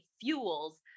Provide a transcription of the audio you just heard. fuels